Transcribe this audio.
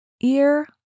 ear